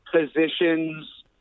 positions